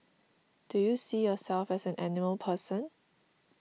do you see yourself as an animal person